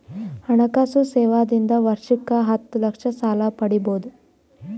ಹಣಕಾಸು ಸೇವಾ ದಿಂದ ವರ್ಷಕ್ಕ ಹತ್ತ ಲಕ್ಷ ಸಾಲ ಪಡಿಬೋದ?